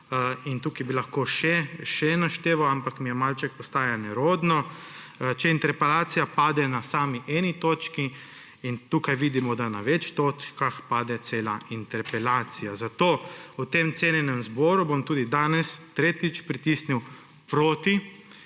in tukaj bi lahko še našteval, ampak mi postaja malce nerodno, če interpelacija pade na eni sami točki, in tukaj vidimo, da na več točkah pade cela interpelacija. Zato bom v tem cenjenem zboru tudi danes, tretjič pritisnil proti